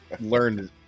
learned